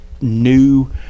new